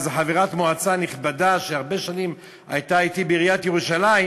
איזו חברת מועצה נכבדה שהרבה שנים הייתה אתי בעיריית ירושלים.